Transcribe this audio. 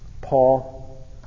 Paul